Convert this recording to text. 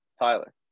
Tyler